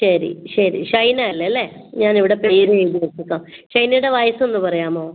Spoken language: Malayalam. ശരി ശരി ഷൈന അല്ലെ അല്ലേ ഞാൻ ഇവിടെ പേര് എഴുതി വച്ചേക്കാം ഷൈനയുടെ വയസ്സ് ഒന്ന് പറയാമോ